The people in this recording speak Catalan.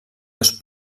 dos